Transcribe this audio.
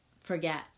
forget